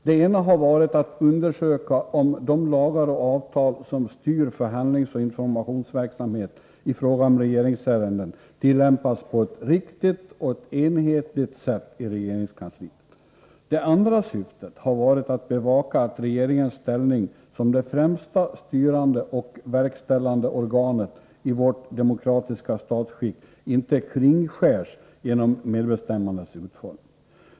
Det ena har varit att undersöka om de lagar och avtal som styr förhandlingsoch informationsverksamhet i fråga om regeringsärenden tillämpas på ett riktigt och enhetligt sätt i regeringskansliet. Det andra syftet har varit att bevaka att regeringens ställning som det främsta styrande och verkställande organet i vårt demokratiska statsskick inte kringskärs genom medbestämmandets utformning.